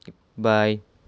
bye